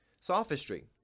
Sophistry